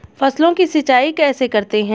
फसलों की सिंचाई कैसे करते हैं?